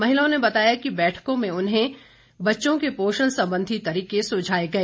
महिलाओं ने बताया कि बैठकों में उन्हें बच्चों के पोषण संबंधी तरीके सुझाए गए